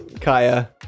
Kaya